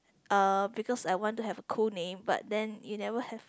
uh because I want to have a cool name but then you never have